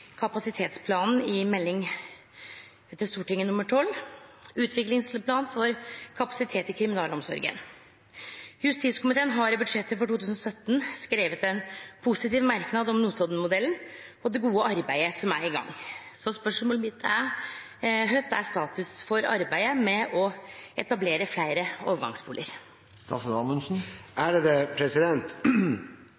kapasitetsplanen, jf. Meld. St. 12 Utviklingsplan for kapasitet i kriminalomsorgen. Justiskomiteen har i budsjettet for 2017 skrevet en positiv merknad om Notodden-modellen og det gode arbeidet som er i gang. Hva er status for arbeidet med å etablere flere